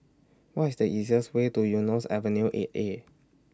What IS The easiest Way to Eunos Avenue eight A